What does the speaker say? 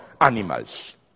animals